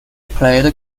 played